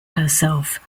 herself